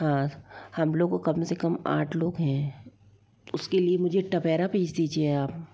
हाँ हम लोग कम से कम आठ लोग हैं उसके लिए मुझे टवेरा भेज दीजिए आप